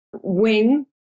wing